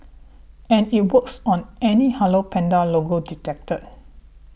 and it works on any Hello Panda logo detected